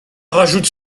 rajoute